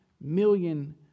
million